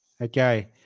okay